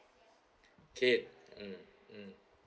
okay mm mm